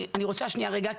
אני רוצה שניה רגע,